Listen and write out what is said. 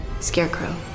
Scarecrow